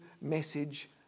message